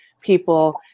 people